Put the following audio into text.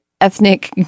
ethnic